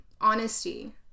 honesty